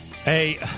Hey